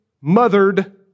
mothered